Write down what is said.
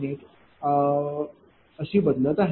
98 असे बदलले आहे